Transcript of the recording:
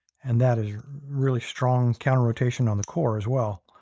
and that is really strong counter rotation on the core as well.